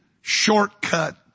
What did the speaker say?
shortcut